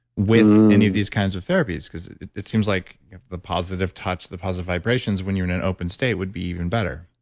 any of these kinds of therapies? because it seems like the positive touch, the positive vibrations when you're in an open state would be even better